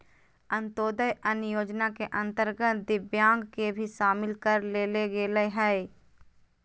अंत्योदय अन्न योजना के अंतर्गत दिव्यांग के भी शामिल कर लेल गेलय हइ